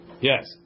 Yes